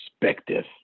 perspective